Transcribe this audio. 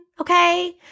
Okay